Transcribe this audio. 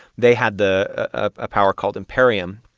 they had the a power called imperium,